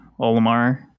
Olimar